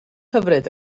hyfryd